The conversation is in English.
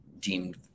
deemed